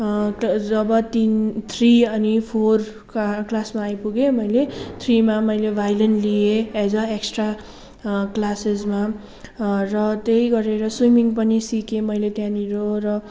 जब तिन थ्रि अनि फोर का क्लासमा आइपुगेँ मैले थ्रिमा मैले भाइलन लिएँ एज अ एक्सट्रा क्लासेसमा र त्यही गरेर स्विमिङ पनि सिकेँ मैले त्यहाँनिर र